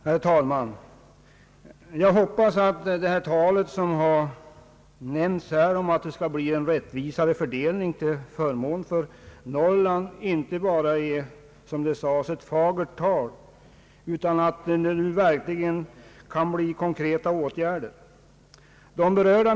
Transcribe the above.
Herr talman! Jag hoppas att det tal som har förts om att det skall bli en rättvisare fördelning till förmån för Norrland inte bara är, som det sades, fagert tal, utan att det nu verkligen kan bli konkreta åtgärder.